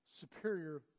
superior